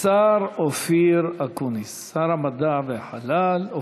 השר אופיר אקוניס, שר המדע, הטכנולוגיה והחלל.